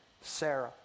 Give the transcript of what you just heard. Sarah